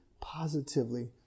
positively